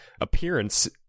appearance